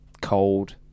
cold